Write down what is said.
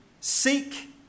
Seek